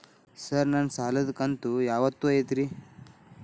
Sir ನನ್ನ ಸಾಲದ ಕಂತು ಯಾವತ್ತೂ ಐತ್ರಿ?